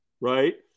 right